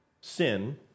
sin